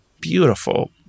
beautiful